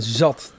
zat